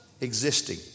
existing